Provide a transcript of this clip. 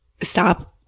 stop